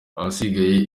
ahasigaye